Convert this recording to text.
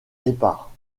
épars